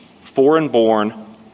foreign-born